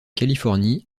californie